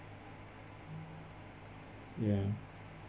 ya